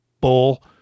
bull